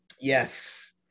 Yes